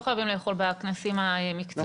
לא חייבים לאכול בכנסים המקצועיים,